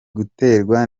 guterwa